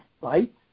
right